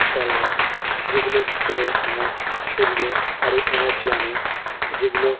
ছোলা যেগুলো খেলে আমার শরীরে আরো এনার্জি আনে যেগুলো